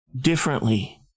differently